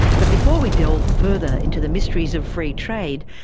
but before we delve further into the mysteries of free trade,